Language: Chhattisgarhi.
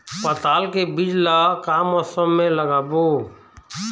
पताल के बीज ला का मौसम मे लगाबो?